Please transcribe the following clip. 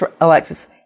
Alexis